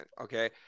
okay